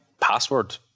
password